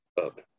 up